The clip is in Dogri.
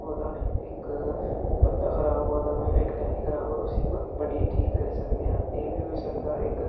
ओह्दा इक पत्ता खराब होऐ दा इक टहनी खराब होऐ उसी बड्ढियै ठीक करी सकने आं एह् बी होई सकदा इक